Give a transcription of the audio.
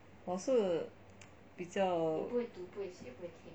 我是比较